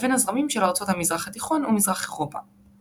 לבין הזרמים של ארצות המזרח התיכון ומזרח אירופה.